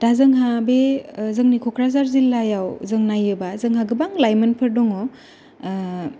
दा जोंहा बे जोंनि क'क्राझार जिल्लायाव जों नायोबा जोंहा गोबां लायमोनफोर दङ